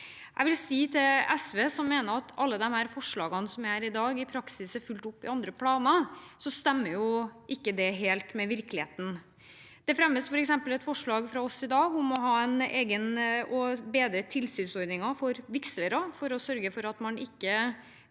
Jeg vil si til SV, som mener at alle disse forslagene her i dag i praksis er fulgt opp i andre planer, at det ikke stemmer helt med virkeligheten. Det fremmes f.eks. et forslag fra oss i dag om å ha en egen og bedre tilsynsordning for vigslere, for å sørge for at man kan